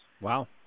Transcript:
Wow